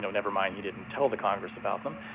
never mind. he didn't tell the congress about them.